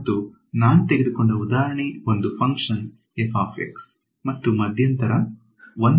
ಮತ್ತು ನಾನು ತೆಗೆದುಕೊಂಡ ಉದಾಹರಣೆ ಒಂದು ಫಂಕ್ಷನ್ ಮತ್ತು ಮಧ್ಯಂತರ 1 ರಿಂದ 1 ಆಗಿದೆ